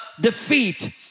defeat